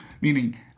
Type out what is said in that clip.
Meaning